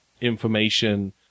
information